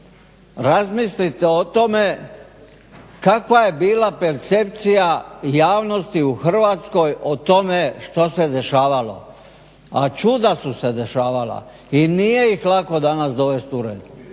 razmislite o tome kakva je bila percepcija javnosti u Hrvatskoj o tome što se dešavalo. A čuda su se dešavala i nije ih lako danas dovest u red